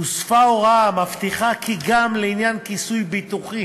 הוספה הוראה המבטיחה כי גם לעניין כיסוי ביטוחי